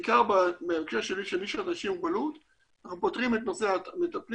בעיקר בהקשר של אנשים עם מוגבלות אנחנו מטפלים